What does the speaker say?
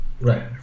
Right